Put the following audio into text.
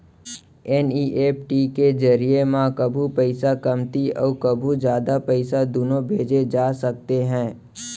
NEFT के जरिए म कभू पइसा कमती अउ कभू जादा पइसा दुनों भेजे जा सकते हे